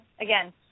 again